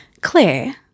Claire